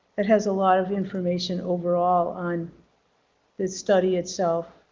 it has a lot of information overall on the study itself.